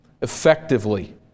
effectively